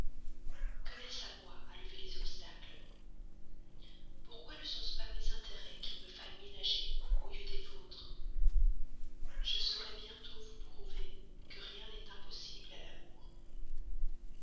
à moi à lever les obstacles pourquoi ne sont-ce pas mes intérêts qu'il me faille ménager au lieu des vôtres je saurais bientôt vous prouver que rien n'est impossible à l'amour